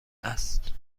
است